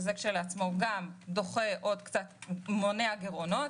שזה כשלעצמו גם מונע גירעונות.